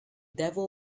devil